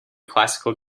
classical